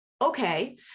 okay